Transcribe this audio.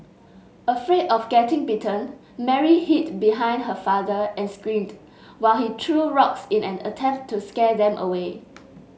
afraid of getting bitten Mary hid behind her father and screamed while he threw rocks in an attempt to scare them away